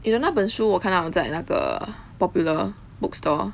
你的那本书我看到在那个 Popular bookstore